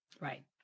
Right